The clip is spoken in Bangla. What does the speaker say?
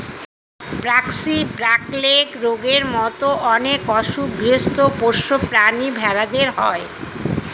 ব্র্যাক্সি, ব্ল্যাক লেগ রোগের মত অনেক অসুখ গৃহস্ত পোষ্য প্রাণী ভেড়াদের হয়